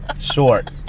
Short